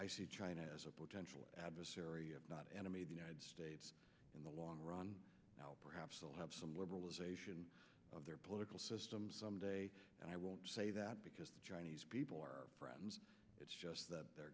i see china as a potential adversary not enemy of the united states in the long run now perhaps they'll have some liberalization of their political system some day and i won't say that because chinese people are friends it's just that their